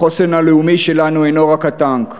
החוסן הלאומי שלנו אינו רק הטנק.